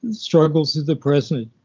struggles of the present,